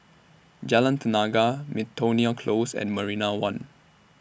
Jalan Tenaga Miltonia Close and Marina one